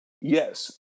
Yes